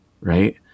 Right